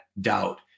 doubt